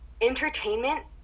Entertainment